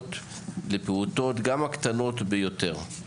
המסגרות לפעוטות, גם הקטנות ביותר.